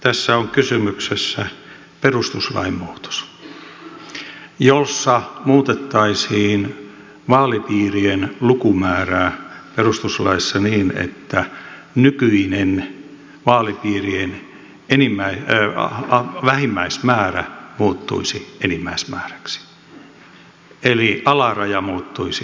tässä on kysymyksessä perustuslain muutos jossa muutettaisiin vaalipiirien lukumäärää perustuslaissa niin että nykyinen vaalipiirien vähimmäismäärä muuttuisi enimmäismääräksi eli alaraja muuttuisi ylärajaksi